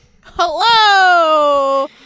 Hello